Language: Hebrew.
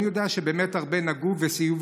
אני יודע שבאמת הרבה נגעו וסייעו,